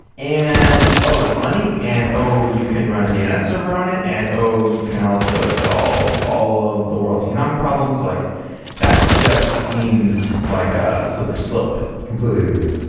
and, oh! it's money, and oh! you can run a dns server on it, and oh! you can also solve all of the world's economic problems. like that just seems like a slippery slope. completely agreed.